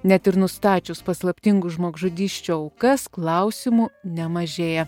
net ir nustačius paslaptingų žmogžudysčių aukas klausimų nemažėja